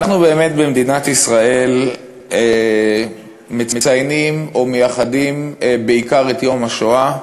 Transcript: במדינת ישראל מציינים או מייחדים את יום השואה